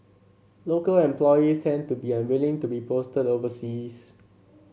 local employees tend to be unwilling to be posted overseas